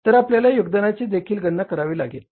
तर आपल्याला योगदानाची देखील गणना करावी लागेल